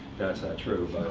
that's not true,